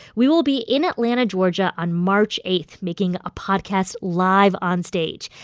we will be in atlanta, ga, on march eight, making a podcast live onstage.